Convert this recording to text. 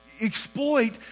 exploit